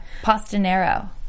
Pastanero